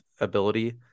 ability